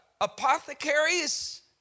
apothecaries